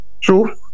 True